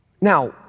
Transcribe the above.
Now